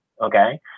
Okay